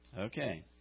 Okay